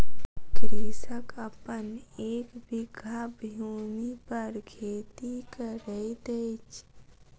कृषक अपन एक बीघा भूमि पर खेती करैत अछि